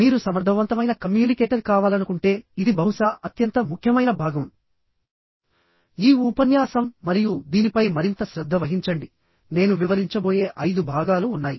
మీరు సమర్థవంతమైన కమ్యూనికేటర్ కావాలనుకుంటే ఇది బహుశా అత్యంత ముఖ్యమైన భాగం ఈ ఉపన్యాసం మరియు దీనిపై మరింత శ్రద్ధ వహించండి నేను వివరించబోయే ఐదు భాగాలు ఉన్నాయి